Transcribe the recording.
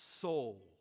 soul